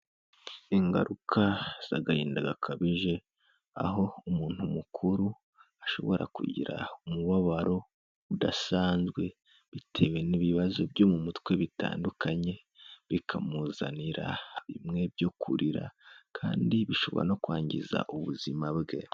Ingaruka z'agahinda gakabije aho umuntu mukuru ashobora kugira umubabaro udasanzwe bitewe n'ibibazo byo mu mutwe bitandukanye bikamuzanira bimwe byo kurira kandi bishobora no kwangiza ubuzima bwe.